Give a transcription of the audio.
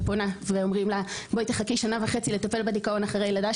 שפונה ואומרים לה "בואי תחכי שנה וחצי לטפל בדכאון אחרי לידה